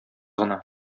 гына